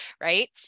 right